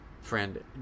Friend